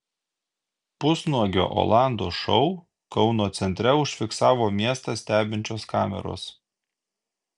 pusnuogio olando šou kauno centre užfiksavo miestą stebinčios kameros